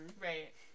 Right